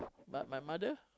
but my mother